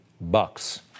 bucks